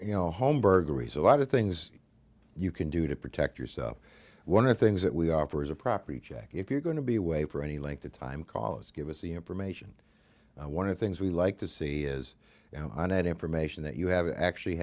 you know home burglaries a lot of things you can do to protect yourself one of the things that we offer is a property check if you're going to be away for any length of time cause give us the information one of the things we like to see is that information that you have actually